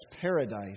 paradise